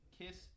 kiss